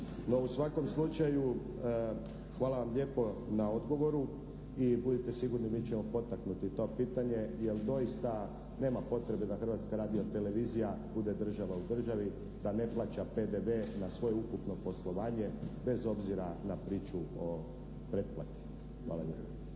u svakom slučaju hvala vam lijepo na odgovoru i budite sigurni mi ćemo potaknuti to pitanje jer doista nema potrebe da Hrvatska radio-televizija bude država u državi, da ne plaća PDV na svoje ukupno poslovanje bez obzira na priču o pretplati. Hvala